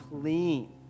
clean